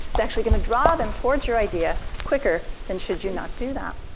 is actually going to draw them towards your idea quicker than should you not do that.